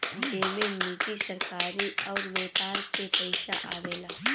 जेमे निजी, सरकारी अउर व्यापार के पइसा आवेला